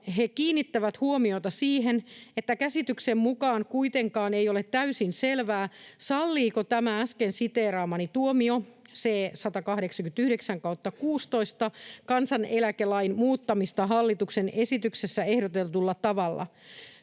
he kiinnittävät huomiota siihen, että käsityksensä mukaan ei kuitenkaan ole täysin selvää, salliiko tämä äsken siteeraamani tuomio, C-189/16, kansaneläkelain muuttamista hallituksen esityksessä ehdotetulla tavalla.